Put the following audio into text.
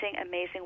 amazing